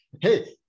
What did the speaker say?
Hey